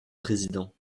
président